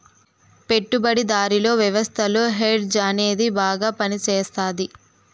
పెట్టుబడిదారీ వ్యవస్థలో హెడ్జ్ అనేది బాగా పనిచేస్తది